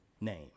name